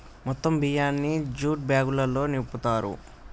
మొత్తం బియ్యాన్ని జ్యూట్ బ్యాగులల్లో నింపుతారు